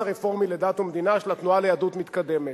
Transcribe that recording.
הרפורמי לדת ומדינה של התנועה ליהדות מתקדמת.